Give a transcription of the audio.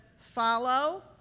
follow